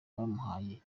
bamuhaye